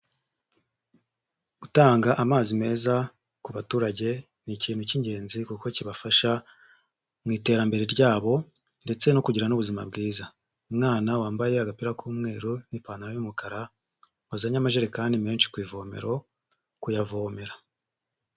Gutanga amazi meza ku baturage ni ikintu cy'ingenzi kuko kibafasha mu iterambere ryabo ndetse no kugira n'ubuzima bwiza, umwana wambaye agapira k'umweru n'ipantaro y'umukara wazanye amajerekani menshi ku ivomero kuyavomera.